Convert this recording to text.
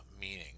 meaning